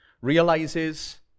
realizes